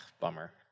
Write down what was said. bummer